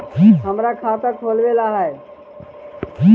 हमरा खाता खोलाबे ला है?